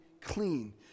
clean